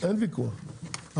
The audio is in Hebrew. אין ויכוח,